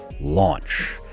launch